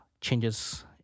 changes